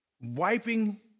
wiping